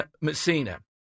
Messina